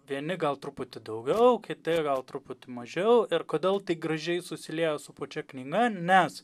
vieni gal truputį daugiau kiti gal truputį mažiau ir kodėl tai gražiai susiliejo su pačia knyga nes